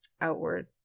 outward